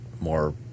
more